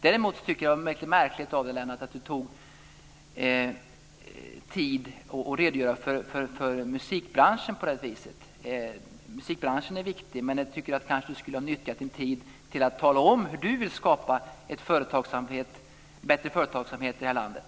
Däremot tycker jag att det är mycket märkligt av Lennart Beijer att han tog tid för att redogöra för musikbranschen på det vis han gjorde. Musikbranschen är viktig, men jag tycker att han kanske skulle ha nyttjat sin tid till att tala om hur han vill skapa en bättre företagsamhet i det här landet.